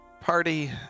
party